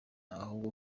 ahubwo